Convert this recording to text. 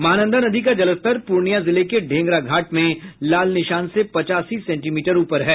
महानंदा नदी का जलस्तर प्रर्णियां जिले के ढेंगरा घाट में लाल निशान से पचासी सेंटीमीटर ऊपर है